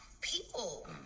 people